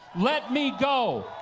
let me go.